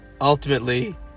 ultimately